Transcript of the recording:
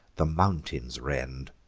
the mountains rend.